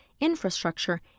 infrastructure